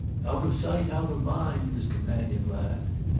out of sight out of mind! his companion laughed.